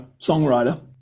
songwriter